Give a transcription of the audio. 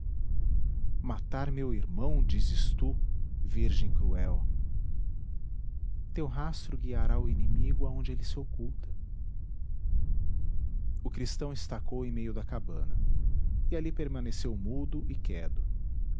matar meu irmão dizes tu virgem cruel teu rastro guiará o inimigo aonde ele se oculta o cristão estacou em meio da cabana e ali permaneceu mudo e quedo